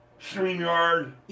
Streamyard